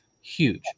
huge